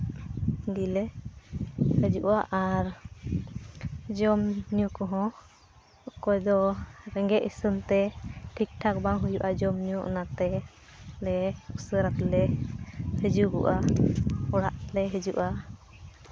ᱜᱮᱞᱮ ᱦᱟᱹᱡᱩᱜᱼᱟ ᱟᱨ ᱡᱚᱢᱼᱧᱩ ᱠᱚᱦᱚᱸ ᱚᱠᱚᱭ ᱫᱚ ᱨᱮᱸᱜᱮᱡ ᱟᱹᱥᱟᱱ ᱛᱮ ᱴᱷᱤᱠᱴᱷᱟᱠ ᱵᱟᱝ ᱦᱳᱭᱚᱜᱼᱟ ᱡᱚᱢᱼᱧᱩ ᱚᱱᱟᱛᱮ ᱟᱞᱮ ᱩᱥᱟᱹᱨᱟ ᱛᱮᱞᱮ ᱟᱞᱮ ᱦᱤᱡᱩᱜᱚᱜᱼᱟ ᱚᱲᱟᱜ ᱞᱮ ᱦᱤᱡᱩᱜᱼᱟ